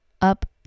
up